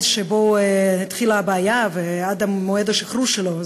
שבו התחילה הבעיה ועד מועד השחרור שלו.